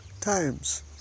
times